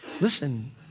Listen